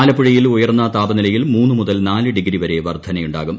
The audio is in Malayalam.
ആലപ്പുഴയിൽ ഉയർന്ന താപനിലയിൽ മൂന്നു മുതൽ നാലു ഡിഗ്രി വരെ വർദ്ധനയുണ്ടാകും